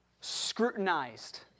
scrutinized